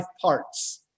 parts